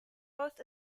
both